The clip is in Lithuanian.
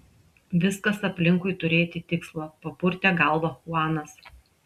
viskas aplinkui turėti tikslą papurtė galvą chuanas